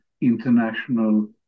international